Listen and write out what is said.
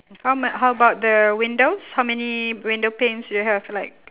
how m~ how about the windows how many window panes you have like